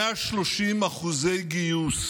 130% גיוס,